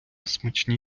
смачні